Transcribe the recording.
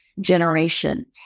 generation